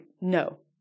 no